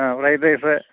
ആ fried rice